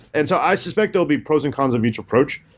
and so i suspect there'll be pros and cons of each approach.